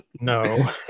No